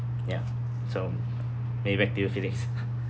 ya so maybe back to yo philips